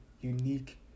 unique